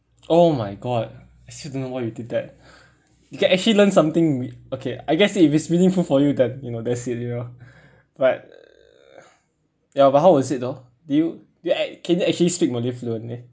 oh my god I still don't know why you did that you can actually learn something we okay I guess if it's meaningful for you then you know that's it you know but ya but how was it though do you do you a~ can you actually speak malay fluently